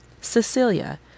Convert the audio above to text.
Cecilia